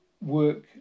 work